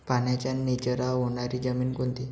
पाण्याचा निचरा होणारी जमीन कोणती?